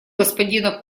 господина